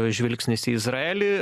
žvilgsnis į izraelį